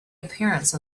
appearance